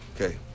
Okay